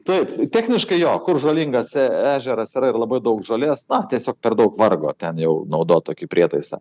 taip techniškai jo kur žolingas e ežeras yra ir labai daug žolės na tiesiog per daug vargo ten jau naudot tokį prietaisą